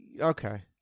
Okay